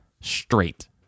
straight